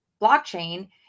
blockchain